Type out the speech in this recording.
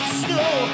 snow